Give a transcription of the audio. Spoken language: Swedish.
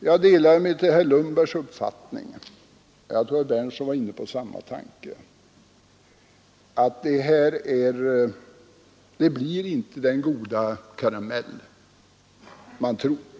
Jag delar emellertid herr Lundbergs uppfattning, och jag tror att herr Berndtson i Linköping var inne på samma tanke, att det här inte blir den goda karamell man tror.